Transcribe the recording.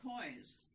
coins